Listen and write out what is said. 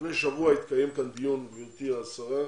לפני שבוע התקיים כאן דיון, גברתי השרה,